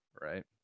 right